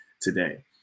today